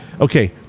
okay